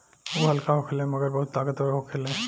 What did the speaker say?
उ हल्का होखेला मगर बहुत ताकतवर होखेला